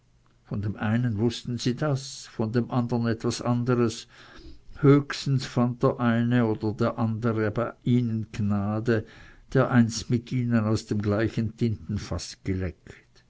von dem einen wußten sie das von einem andern etwas anderes höchstens fand der eine oder der andere bei ihnen gnade der einst mit ihnen aus dem gleichen tintenfaß geleckt